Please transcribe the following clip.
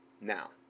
now